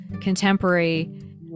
contemporary